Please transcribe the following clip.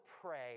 pray